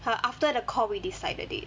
err after the call we decide the date